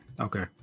okay